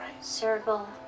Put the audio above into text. circle